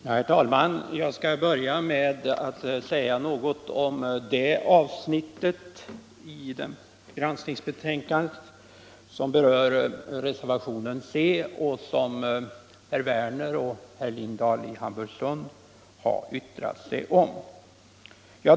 Herr talman! Jag skall börja med att säga något om det avsnitt i granskningsbetänkandet som reservationen C anknyter till och som herr Werner i Malmö och herr Lindahl i Hamburgsund har yttrat sig om.